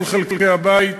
של כל חלקי הבית,